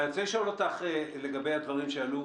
אני רוצה לשאול אותך לגבי הדברים שעלו